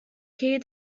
key